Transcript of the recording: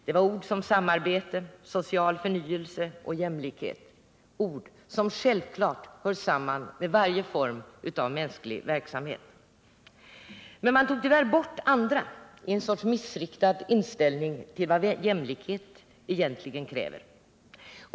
Det är ord som samarbete, social förnyelse och jämlikhet —- ord som självklart hör samman med varje form av mänsklig verksamhet. Men socialdemokraterna tog tyvärr bort andra ord i en sorts missriktad inställning till vad jämlikhet egentligen kräver.